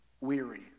weary